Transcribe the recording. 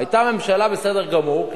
היתה ממשלה בסדר גמור,